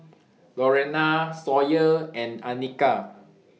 Lorena Sawyer and Annika